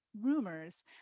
rumors